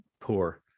poor